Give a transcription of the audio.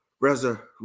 resurrection